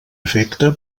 efecte